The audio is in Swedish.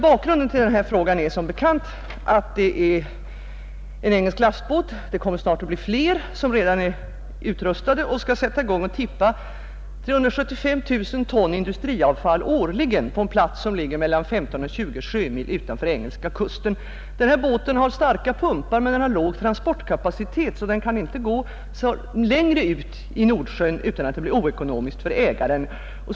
Bakgrunden till denna fråga är som bekant att en engelsk lastbåt — det kommer snart att bli fler som redan är utrustade — skall sätta i gång och tippa 375 000 ton industriavfall årligen på en plats som ligger mellan 15 och 20 sjömil utanför engelska kusten, Båten har starka pumpar men låg transportkapacitet så den kan inte gå längre ut i Nordsjön utan att det 3 blir oekonomiskt för ägaren.